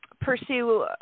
pursue